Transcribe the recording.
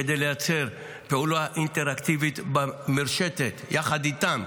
כדי לייצר פעולה אינטראקטיבית במרשתת יחד איתם.